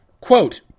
Quote